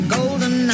Golden